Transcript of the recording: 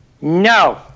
No